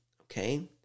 Okay